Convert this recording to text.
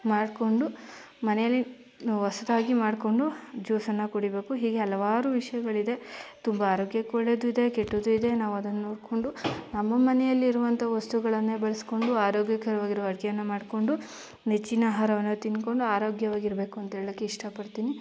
ಮಾಡಿಕೊಂಡು ಮನೆಯಲ್ಲಿ ಹೊಸದಾಗಿ ಮಾಡಿಕೊಂಡು ಜ್ಯೂಸನ್ನು ಕುಡಿಬೇಕು ಹೀಗೆ ಹಲವಾರು ವಿಷಯಗಳಿದೆ ತುಂಬ ಆರೋಗ್ಯಕ್ಕೆ ಒಳ್ಳೆಯದೂ ಇದೆ ಕೆಟ್ಟದ್ದು ಇದೆ ನಾವು ಅದನ್ನ ನೋಡಿಕೊಂಡು ನಮ್ಮ ಮನೆಯಲ್ಲಿ ಇರುವಂಥ ವಸ್ತುಗಳನ್ನೇ ಬಳಸಿಕೊಂಡು ಆರೋಗ್ಯಕರವಾಗಿರುವ ಅಡುಗೆಯನ್ನ ಮಾಡಿಕೊಂಡು ನೆಚ್ಚಿನ ಆಹಾರವನ್ನು ತಿಂದ್ಕೊಂಡು ಆರೋಗ್ಯವಾಗಿರಬೇಕು ಅಂತ ಹೇಳ್ಲಿಕ್ಕೆ ಇಷ್ಟಪಡ್ತೀನಿ